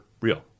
real